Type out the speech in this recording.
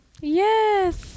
Yes